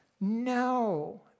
No